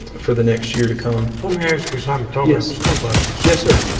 for the next year to come, oh marriage because i'm thomas columbus's yes, sir.